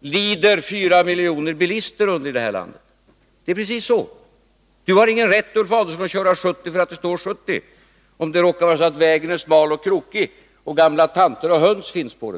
lider 4 miljoner bilister i det här landet under. Ulf Adelsohn har ingen rätt att köra med 70 därför att det står 70, om det råkar vara så att vägen är smal och krokig och gamla tanter och höns finns på vägen.